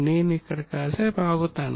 నేను ఇక్కడ కాసేపు ఆగుతాను